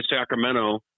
Sacramento